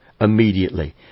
immediately